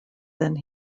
than